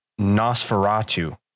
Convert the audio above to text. Nosferatu